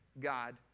God